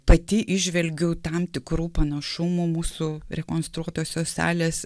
pati įžvelgiau tam tikrų panašumų mūsų rekonstruotosios salės